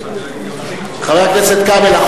חבר הכנסת כבל,